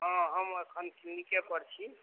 हँ हम अखन क्लिनीके पर छी